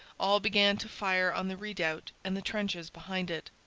all began to fire on the redoubt and the trenches behind it.